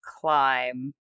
climb